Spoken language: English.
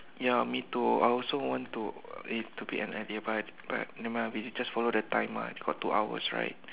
ya me too I also want to it to be end earlier but but nevermind ah we just follow the time ah we got two hours right